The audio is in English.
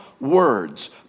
words